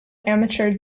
amateur